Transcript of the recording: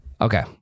Okay